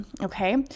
Okay